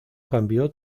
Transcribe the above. cambió